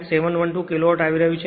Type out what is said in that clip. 712 kilo watt આવી રહ્યું છે